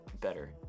better